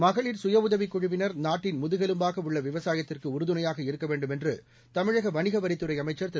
மகளிர் சுயஉதவிக் குழுவினர் நாட்டின் முதுகெலும்பாக உள்ள விவசாயத்திற்கு உறுதுணையாக இருக்க வேண்டும் என்று தமிழக வணிகவரித்துறை அமைச்சர் திரு